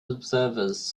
observers